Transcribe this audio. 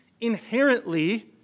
inherently